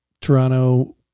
Toronto